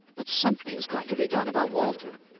but something's got to be done about walter.